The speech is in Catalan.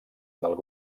del